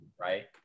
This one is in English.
Right